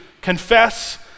confess